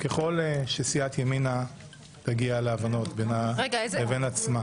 נעבור להצבעה אחת על שלוש הצעת החוק הללו להעביר לוועדת הכספים.